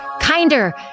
kinder